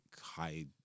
high